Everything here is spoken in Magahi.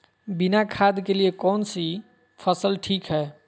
बिना खाद के लिए कौन सी फसल ठीक है?